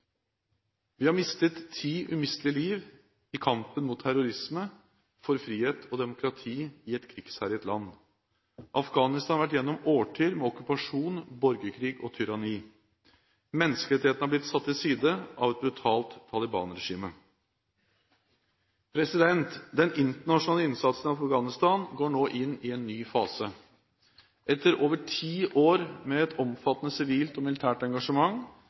Vi har mistet ti umistelige liv i kampen mot terrorisme, for frihet og demokrati i et krigsherjet land. Afghanistan har vært gjennom årtier med okkupasjon, borgerkrig og tyranni. Menneskerettighetene har blitt satt til side av et brutalt Taliban-regime. Den internasjonale innsatsen i Afghanistan går nå inn i en ny fase. Etter over ti år med et omfattende sivilt og militært engasjement